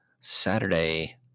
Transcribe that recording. Saturday